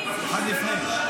מופיע?